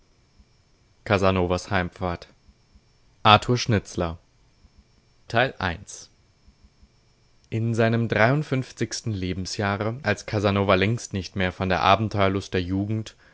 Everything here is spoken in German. arthur schnitzler in seinem dreiundfünfzigsten lebensjahre als casanova längst nicht mehr von der abenteuerlust der jugend